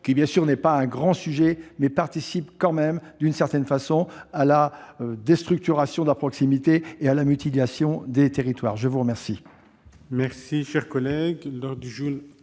qui, certes, n'est pas un grand sujet, participe tout de même, d'une certaine façon, à la déstructuration de la proximité et à la mutilation des territoires. La parole